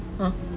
!huh!